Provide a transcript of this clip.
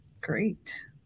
great